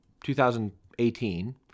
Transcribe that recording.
2018